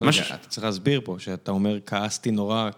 אתה צריך להסביר פה שאתה אומר כעסתי נורא